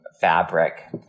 fabric